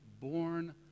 born